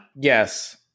Yes